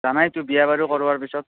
জানাইতো বিয়া বাৰু কৰোৱাৰ পিছত